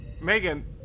Megan